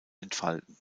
entfalten